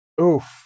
Oof